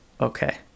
Okay